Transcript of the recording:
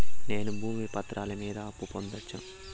నేను భూమి పత్రాల మీద అప్పు పొందొచ్చా?